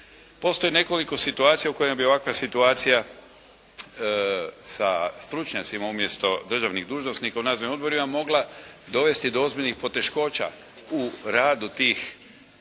Postoji nekoliko situacija u kojima bi ovakva situacija sa stručnjacima umjesto državnih dužnosnika u nadzornim odborima mogla dovesti do ozbiljnih poteškoća u radu tih poduzeća